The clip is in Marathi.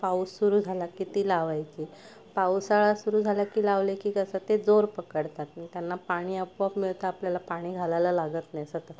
पाऊस सुरू झाला की ती लावायची पावसाळा सुरू झाला की लावले की कसं ते जोर पकडतात त्यांना पाणी आपोआप मिळतं आपल्याला पाणी घालायला लागत नाही सतत